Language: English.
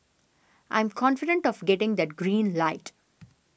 I'm confident of getting that green light